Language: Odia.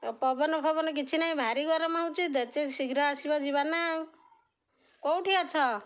ପବନ ଫବନ କିଛି ନାହିଁ ଭାରି ଗରମ ହେଉଛି ଶୀଘ୍ର ଆସିବ ଯିବା ନା ଆଉ କେଉଁଠି ଅଛ